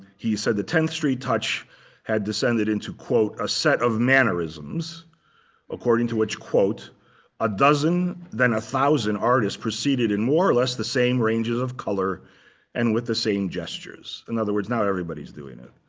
he said the tenth street touch had descended into quote a set of mannerisms according to which quote a dozen, then one thousand artists preceded in more or less the same ranges of color and with the same gestures. in other words, now, everybody's doing it,